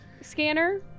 scanner